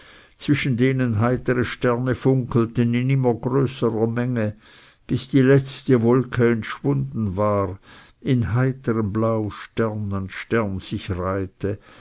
zwischen denen heiterere sterne funkelten in immer größerer menge bis die letzte wolke entschwunden war in heiterem blau stern an stern sich reihte